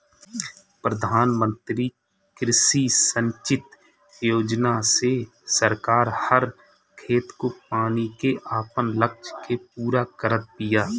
प्रधानमंत्री कृषि संचित योजना से सरकार हर खेत को पानी के आपन लक्ष्य के पूरा करत बिया